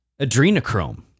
adrenochrome